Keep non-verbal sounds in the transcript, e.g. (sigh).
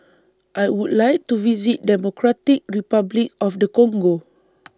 I Would like to visit Democratic Republic of The Congo (noise)